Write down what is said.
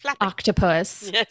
octopus